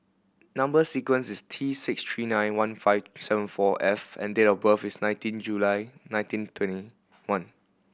number sequence is T six three nine one five seven four F and date of birth is nineteen July nineteen twenty one